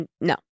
no